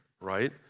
right